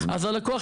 אז מה?